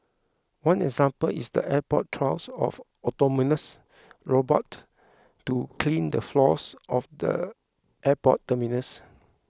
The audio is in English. one example is the airport's trials of autonomous robots to clean the floors of the airport terminals